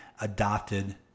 adopted